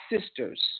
sisters